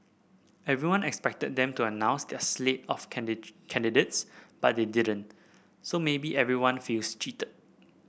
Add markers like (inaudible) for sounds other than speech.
everyone expected them to announce their slate of (unintelligible) candidates but they didn't so maybe everyone feels cheated